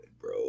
bro